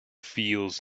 feels